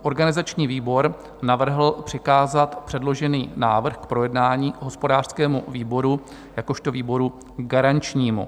Organizační výbor navrhl přikázat předložený návrh k projednání hospodářskému výboru jakožto výboru garančnímu.